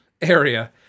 area